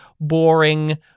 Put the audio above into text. boring